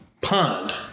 pond